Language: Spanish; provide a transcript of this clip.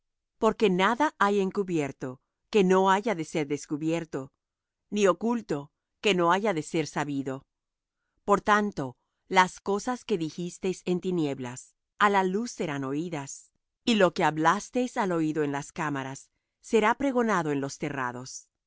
porque nada hay encubierto que no haya de ser descubierto ni oculto que no haya de ser sabido por tanto las cosas que dijisteis en tinieblas á la luz serán oídas y lo que hablasteis al oído en las cámaras será pregonado en los terrados